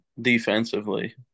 defensively